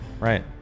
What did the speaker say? Right